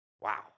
wow